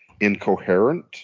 incoherent